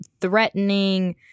threatening